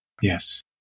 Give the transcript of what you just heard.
Yes